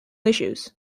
issues